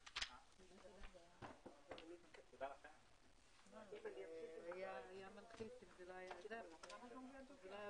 הישיבה ננעלה בשעה 12:58.